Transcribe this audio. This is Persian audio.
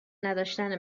نداشته